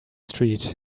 street